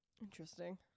interesting